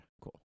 cool